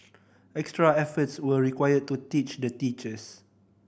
extra efforts were required to teach the teachers